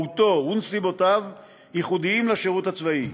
מהותו ונסיבותיו ייחודיים לשירות הצבאי.